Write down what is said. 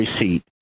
receipt